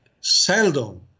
seldom